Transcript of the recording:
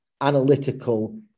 analytical